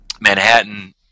manhattan